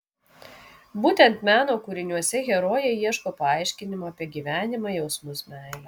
būtent meno kūriniuose herojė ieško paaiškinimo apie gyvenimą jausmus meilę